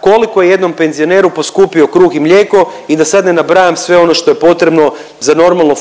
koliko je jednom penzioneru poskupio kruh i mlijeko i da sad ne nabrajam sve ono što je potrebno za normalno